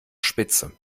spitze